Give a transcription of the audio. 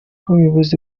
umuyobozi